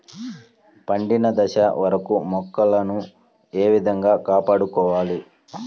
పండిన దశ వరకు మొక్కలను ఏ విధంగా కాపాడుకోవాలి?